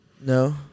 No